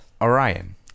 Orion